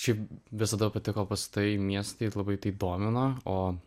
šiaip visada patiko pastatai miestai labai tai domino o